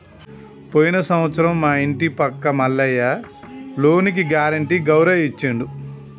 పోయిన సంవత్సరం మా ఇంటి పక్క మల్లయ్య లోనుకి గ్యారెంటీ గౌరయ్య ఇచ్చిండు